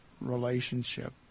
relationship